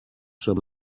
some